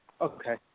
Okay